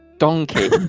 Donkey